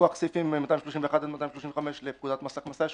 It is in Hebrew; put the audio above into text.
מכוח סעיפים 231 עד 235 לפקודת מס הכנסה יש